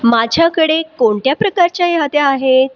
माझ्याकडे कोणत्या प्रकारच्या याद्या आहेत